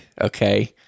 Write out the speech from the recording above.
Okay